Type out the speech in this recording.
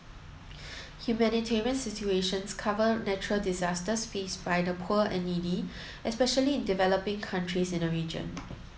humanitarian situations cover natural disasters faced by the poor and needy especially in developing countries in the region